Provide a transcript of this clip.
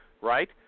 right